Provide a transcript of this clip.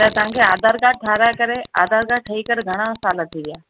त तव्हां खे आधार कार्ड ठहिराए करे ठही करे घणा साल थी विया